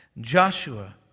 Joshua